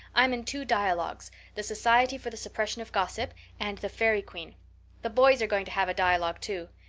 i'm in two dialogues the society for the suppression of gossip and the fairy queen the boys are going to have a dialogue too.